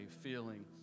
feeling